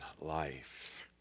life